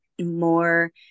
more